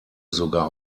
sogar